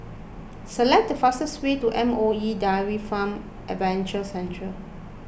select the fastest way to M O E Dairy Farm Adventure Centre